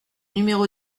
numéro